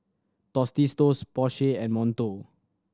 Tostitos Porsche and Monto